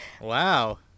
Wow